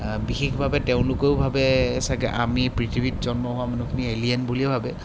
বিশেষভাৱে তেওঁলোকেও ভাবে চাগৈ আমি পৃথিৱীত জন্ম হোৱা মানুহখিনি এলিয়েন বুলিয়ে ভাবে